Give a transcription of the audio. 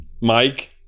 Mike